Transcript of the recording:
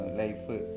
life